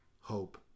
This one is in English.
hope